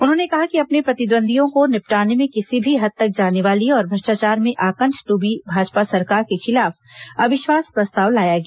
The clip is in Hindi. उन्होंने कहा कि अपने प्रतिदंद्वियों को निपटाने में किसी भी हद तक जाने वाली और भ्रष्टाचार में आकंठ डूबी भाजपा सरकार के खिलाफ अविश्वास प्रस्ताव लाया गया